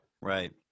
Right